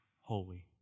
holy